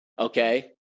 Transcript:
Okay